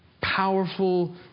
powerful